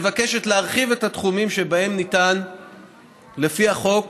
מבקשת להרחיב את התחומים שבהם ניתן לפי החוק